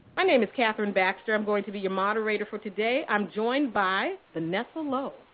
my name is kathryn baxter. i'm going to be your moderator for today. i'm joined by vanessa lowe,